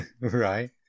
Right